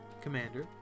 commander